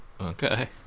Okay